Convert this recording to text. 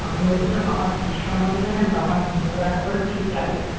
আমি বলছিলাম আমার ফিস সম্বন্ধে জানেন তো আমার তিনশো টাকা করে ফিস লাগে